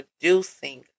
producing